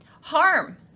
harm